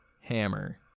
hammer